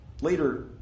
later